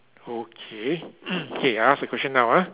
okay K I ask the question now ah